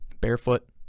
barefoot